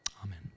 Amen